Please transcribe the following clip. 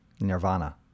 nirvana